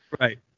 right